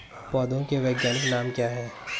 पौधों के वैज्ञानिक नाम क्या हैं?